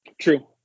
True